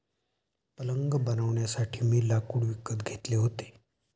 पलंग बनवण्यासाठी मी लाकूड विकत घेतले होते